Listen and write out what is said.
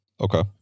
Okay